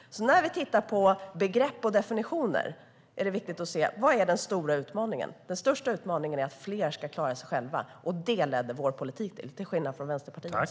När vi tittar på begrepp och definitioner är det viktigt att se vad som är den stora utmaningen. Den största utmaningen är att fler ska klara sig själva, och det ledde vår politik till - till skillnad från Vänsterpartiets.